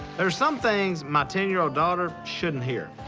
there's some things my ten-year-old daughter shouldn't hear.